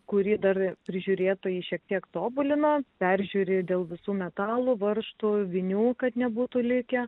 kurį dar prižiūrėtojai šiek tiek tobulina peržiūri dėl visų metalų varžtų vinių kad nebūtų likę